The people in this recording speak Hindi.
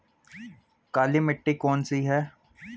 काली मिट्टी कौन सी है?